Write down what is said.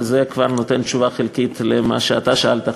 וזה כבר נותן תשובה חלקית על מה שאתה שאלת,